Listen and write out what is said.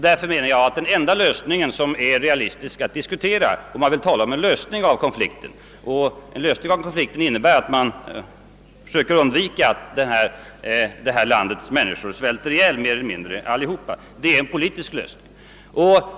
Därför menar jag att den utväg som nu är realistisk att diskutera, om man vill åstadkomma något som innebär att man hejdar en omfattande människoutrotning i detta land, är en politisk lösning av problemet.